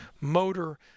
motor